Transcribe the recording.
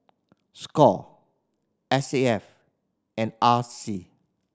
score S A F and R C